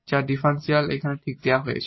যার ডিফারেনশিয়াল এখানে ঠিক দেওয়া হয়েছে